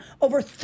Over